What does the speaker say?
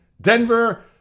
Denver